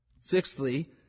Sixthly